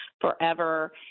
forever